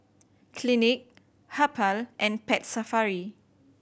Clinique Habhal and Pet Safari